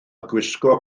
gwisgo